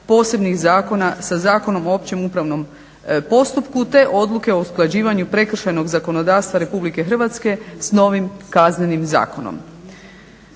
posebnih zakona sa Zakonom o opće upravnom postupku te odluke o usklađivanju prekršajnog zakonodavstva RH s novim Kaznenim zakonom.